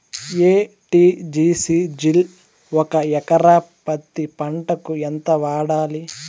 ఎ.టి.జి.సి జిల్ ఒక ఎకరా పత్తి పంటకు ఎంత వాడాలి?